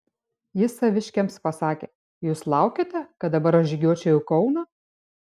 jis saviškiams pasakė jūs laukiate kad dabar aš žygiuočiau į kauną